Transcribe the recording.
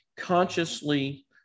consciously